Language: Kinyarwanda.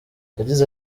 yagize